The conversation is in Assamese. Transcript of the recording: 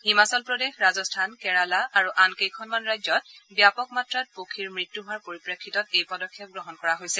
হিমাচল প্ৰদেশ ৰাজস্থান কেৰালা আৰু আনকেইখনমান ৰাজ্যত ব্যাপক মাত্ৰাত পক্ষীৰ মৃত্যু হোৱাৰ পৰিপ্ৰেক্ষিতত এই পদক্ষেপ গ্ৰহণ কৰা হৈছে